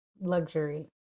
luxury